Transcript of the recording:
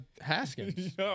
Haskins